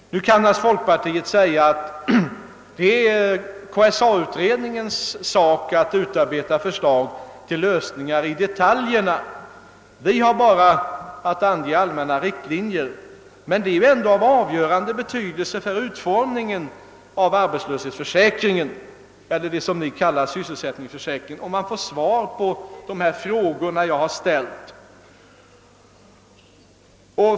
Nu kan folkpartiet naturligtvis säga att det är KSA-utredningens sak att utarbeta förslag till lösningar då det gäller detaljerna medan folkpartiet bara har att ange allmänna riktlinjer. Men svaren på de frågor jag ställt är dock av avgörande betydelse för utformningen av arbetslöshetsförsäkringen, eller sysselsättningsförsäkringen som ni kallar den.